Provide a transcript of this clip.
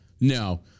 No